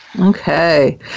Okay